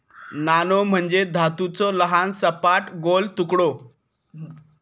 नाणो म्हणजे धातूचो लहान, सपाट, गोल तुकडो